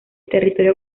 territorio